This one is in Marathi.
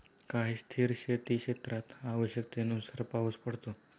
काही स्थिर शेतीक्षेत्रात आवश्यकतेनुसार पाऊस पडतो